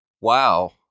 Wow